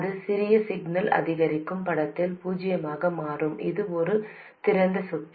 இது சிறிய சிக்னல் அதிகரிக்கும் படத்தில் பூஜ்ஜியமாக மாறும் இது ஒரு திறந்த சுற்று